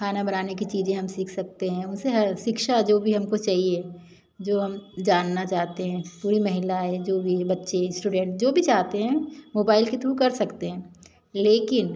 खाना बनाने की चीज़ें हम सीख सकते हैं उनसे हर शिक्षा जो भी हमको चाहिए जो हम जानना चाहते हैं पूरी महिलाएँ जो भी बच्चे स्टूडेंट जो भी चाहते हैं मोबाइल के थ्रू कर सकते हैं लेकिन